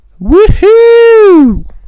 Woohoo